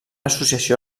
associació